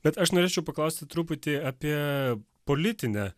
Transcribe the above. bet aš norėčiau paklausti truputį apie politinę